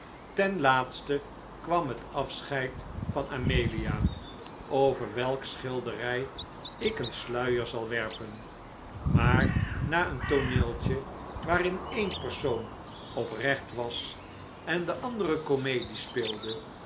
ten laatste kwam het afscheid van amelia over welk schilderij ik een sluier zal werpen maar na een tooneeltje waarin een persoon oprecht was en de